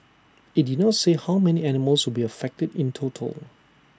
IT did not say how many animals will be affected in total